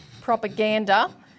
Propaganda